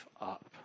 up